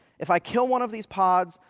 if i kill one of these pods,